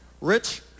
rich